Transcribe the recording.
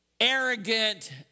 arrogant